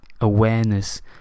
awareness